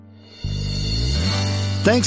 Thanks